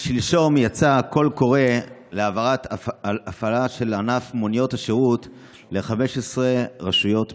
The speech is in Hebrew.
שלשום יצא קול קורא להפעלה של ענף מוניות השירות ל-15 רשויות מקומיות.